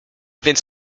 więc